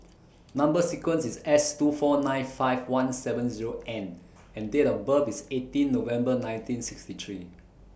Number sequence IS S two four nine five one seven Zero N and Date of birth IS eighteen November nineteen sixty three